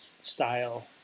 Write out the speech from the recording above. style